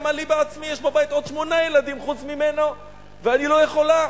למה לי בעצמי יש בבית עוד שמונה ילדים חוץ ממנה ואני לא יכולה,